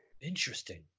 interesting